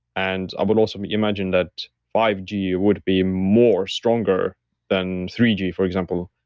and i would also imagine that five g would be more stronger than three g, for example,